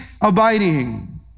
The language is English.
abiding